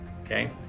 okay